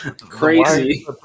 Crazy